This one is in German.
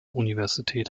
universität